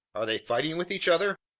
are they fighting with each other?